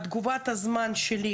תגובת הזמן שלי,